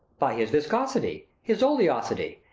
by his viscosity, his oleosity,